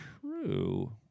true